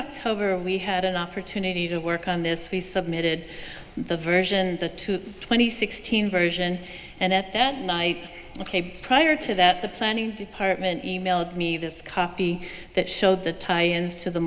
october we had an opportunity to work on this we submitted the version the two twenty sixteen version and at that night prior to that the planning department e mailed me this copy that showed the tie ins to the